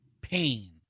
pain